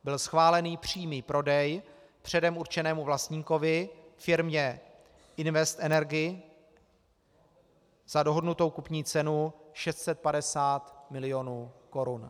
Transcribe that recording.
Byl schválen přímý prodej předem určenému vlastníkovi firmě Invest Energy za dohodnutou kupní cenu 650 milionů korun.